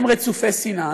הם רצופי שנאה.